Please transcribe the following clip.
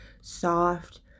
soft